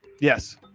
Yes